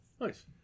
nice